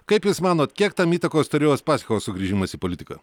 kaip jūs manot kiek tam įtakos turėjo uspaskicho sugrįžimas į politiką